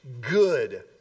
good